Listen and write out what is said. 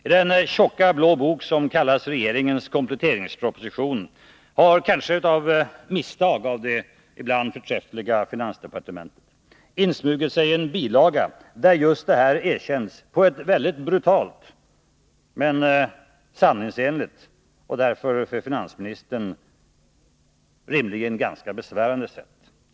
I den tjocka blå bok som kallas regeringens kompletteringsproposition har, kanske av misstag av det ibland förträffliga finansdepartementet, insmugit sig en bilaga där just detta erkänns på ett mycket brutalt, men sanningsenligt och för finansministern rimligen ganska besvärande sätt.